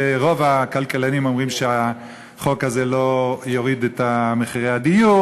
ורוב הכלכלנים אומרים שהחוק הזה לא יוריד את מחירי הדיור,